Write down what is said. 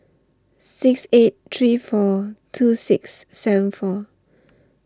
six eight three four two six seven four